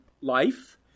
life